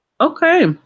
Okay